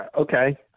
okay